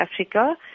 Africa